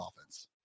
offense